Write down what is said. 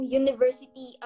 university